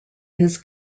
his